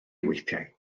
weithiau